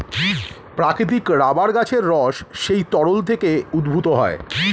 প্রাকৃতিক রাবার গাছের রস সেই তরল থেকে উদ্ভূত হয়